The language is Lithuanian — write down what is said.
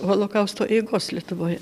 holokausto eigos lietuvoje